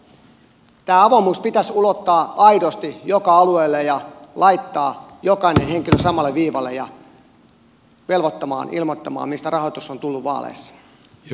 tämä avoimuus pitäisi ulottaa aidosti joka alueelle ja laittaa jokainen henkilö samalle viivalle ja velvoittaa ilmoittamaan mistä rahoitus on tullut vaaleissa